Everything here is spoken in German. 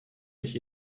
mich